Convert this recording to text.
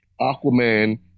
Aquaman